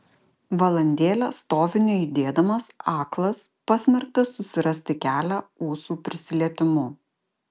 valandėlę stoviu nejudėdamas aklas pasmerktas susirasti kelią ūsų prisilietimu